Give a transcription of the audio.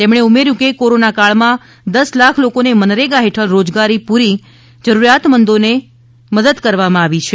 તેમણે ઉમેર્થું હતું કે કોરોનાકાળ માં દસ લાખ લોકોને મનરેગા હેઠળ રોજગારી પૂરી જરૂરિયાતમંદોને પૂરી પાડવામાં આવી છે